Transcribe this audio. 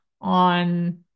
on